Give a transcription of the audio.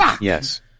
Yes